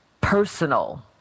personal